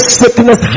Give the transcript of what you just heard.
sickness